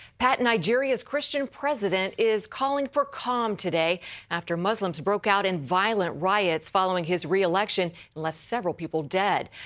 pat, nigeria's christian president is calling for calm today after muslims broke out in violent riots following his reelection and left several people dead.